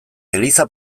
eliza